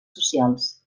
socials